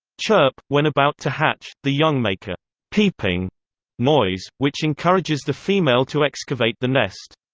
chirp when about to hatch, the young make a peeping noise, which encourages the female to excavate the nest.